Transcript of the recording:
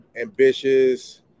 ambitious